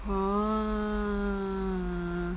!whoa!